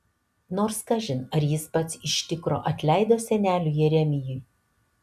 nors kažin ar jis pats iš tikro atleido seneliui jeremijui